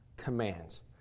commands